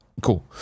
Cool